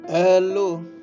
Hello